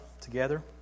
together